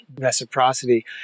reciprocity